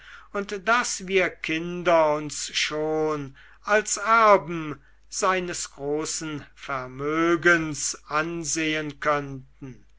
und daß wir kinder uns schon als erben seines großen vermögens ansehen